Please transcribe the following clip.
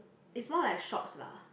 is more like shorts lah